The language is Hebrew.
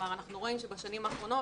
אנחנו רואים שבשנים האחרונות,